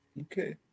Okay